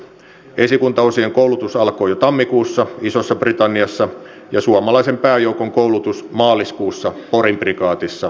esikuntaosien koulutus alkoi jo tammikuussa isossa britanniassa ja suomalaisen pääjoukon koulutus maaliskuussa porin prikaatissa säkylässä